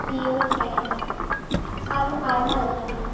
ᱯᱤᱭᱳ ᱪᱮᱬᱮ ᱟᱨᱚ ᱟᱭᱢᱟ ᱞᱮᱠᱟᱱ ᱠᱚ